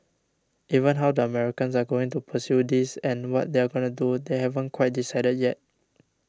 even how the Americans are going to pursue this and what they're going to do they haven't quite decided yet